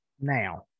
Now